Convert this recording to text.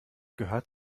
gehört